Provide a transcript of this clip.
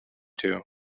too